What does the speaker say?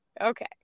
Okay